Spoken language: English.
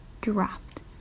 dropped